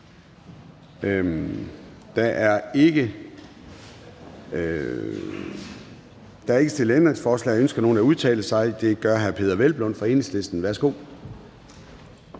Der er ikke stillet ændringsforslag. Ønsker nogen at udtale sig? Det gør hr. Peder Hvelplund fra Enhedslisten. Værsgo.